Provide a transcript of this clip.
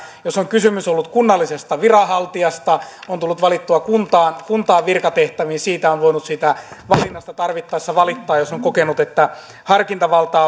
jos on kysymys ollut kunnallisesta viranhaltijasta eli on valittu kuntaan kuntaan virkatehtäviin siitä valinnasta on voinut tarvittaessa valittaa jos on kokenut että harkintavaltaa